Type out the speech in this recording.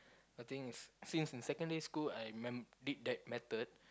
I think is since in secondary school I m~ did that method